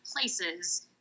places